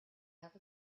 have